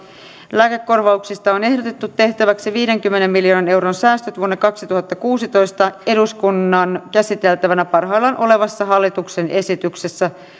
lääkekorvauksista on ehdotettu tehtäväksi viidenkymmenen miljoonan euron säästöt vuonna kaksituhattakuusitoista eduskunnan käsiteltävänä parhaillaan olevassa hallituksen esityksessä